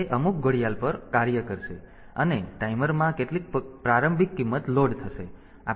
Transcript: તેથી તે અમુક ઘડિયાળ પર કાર્ય કરશે અને ટાઈમરમાં કેટલીક પ્રારંભિક કિંમત લોડ થશે